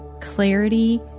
clarity